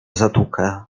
zatłukę